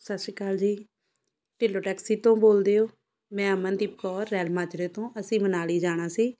ਸਤਿ ਸ਼੍ਰੀ ਅਕਾਲ ਜੀ ਢਿੱਲੋਂ ਟੈਕਸੀ ਤੋਂ ਬੋਲਦੇ ਹੋ ਮੈਂ ਅਮਨਦੀਪ ਕੌਰ ਰੈਲ ਮਾਜਰੇ ਤੋਂ ਅਸੀਂ ਮਨਾਲੀ ਜਾਣਾ ਸੀ